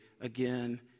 again